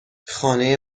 خانه